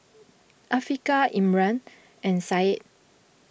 Afiqah Imran and Syed